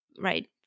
right